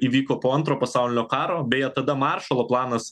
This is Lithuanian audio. įvyko po antro pasaulinio karo beje tada maršalo planas